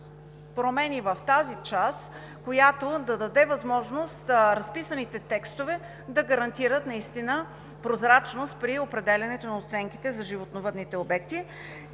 промени в тази част, която да даде възможност разписаните текстове да гарантират прозрачност при определянето на оценките за животновъдните обекти.